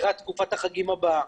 לקראת תקופת החגים הבאה,